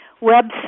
website